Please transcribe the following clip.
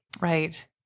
Right